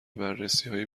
بررسیهای